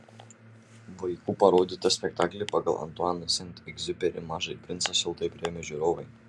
vaikų parodytą spektaklį pagal antuano sent egziuperi mažąjį princą šiltai priėmė žiūrovai